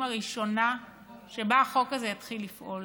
הראשונה שבה החוק הזה יתחיל לפעול.